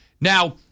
Now